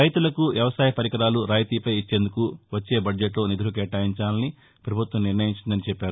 రైతులకు వ్యవసాయ పరికరాలు రాయితీపై ఇచ్చేందుకు వచ్చే బడ్జెట్లో నిధులు కేటాయించాలని పభుత్వం నిర్ణయించిందని చెప్పారు